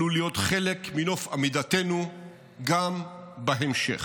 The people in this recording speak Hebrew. עלול להיות חלק מנוף עמידתנו גם בהמשך.